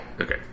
Okay